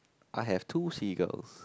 I have two seagulls